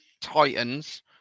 Titans